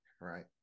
right